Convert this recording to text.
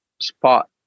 spot